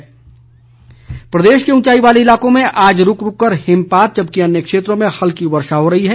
मौसम प्रदेश के ऊंचाई वाले इलाकों में आज रूक रूक कर हिमपात जबकि अन्य क्षेत्रों में हल्की वर्षा हो रही है